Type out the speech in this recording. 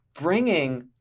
bringing